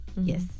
Yes